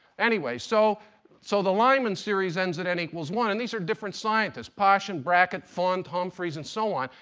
anyway, so so the lyman series ends at n equals one. and these are different scientists. paschen, bracket, pfund, humphreys, and so on.